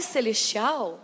Celestial